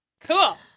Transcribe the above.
cool